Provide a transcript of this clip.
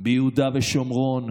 ביהודה ושומרון.